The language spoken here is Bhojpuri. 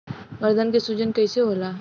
गर्दन के सूजन कईसे होला?